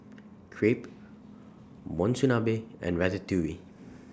Crepe Monsunabe and Ratatouille